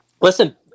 Listen